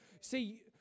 See